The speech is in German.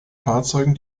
fahrzeugen